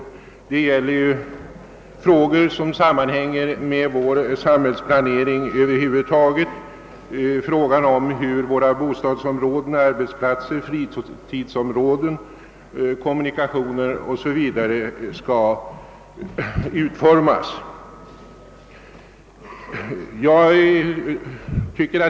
Motionerna gäller ju frågor som sammanhänger med vår samhällsplanering över huvud taget, nämligen hur våra bostadsområden, arbetsplatser, fritidsområden, kommunikationer 0. s. v. skall utformas.